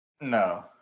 No